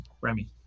Remy